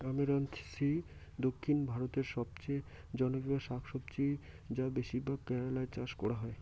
আমরান্থেইসি দক্ষিণ ভারতের সবচেয়ে জনপ্রিয় শাকসবজি যা বেশিরভাগ কেরালায় চাষ করা হয়